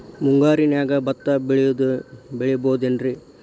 ಮುಂಗಾರಿನ್ಯಾಗ ಭತ್ತ ಬೆಳಿಬೊದೇನ್ರೇ?